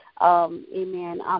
Amen